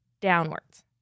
downwards